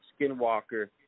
Skinwalker